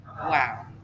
Wow